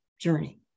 journey